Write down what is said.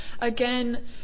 again